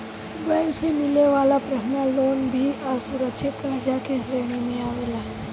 bank से मिले वाला पर्सनल लोन भी असुरक्षित कर्जा के श्रेणी में आवेला